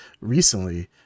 recently